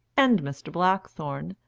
and mr. blackthorne,